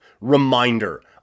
reminder